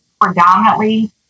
predominantly